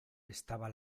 estaba